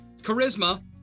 charisma